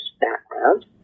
background